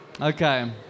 Okay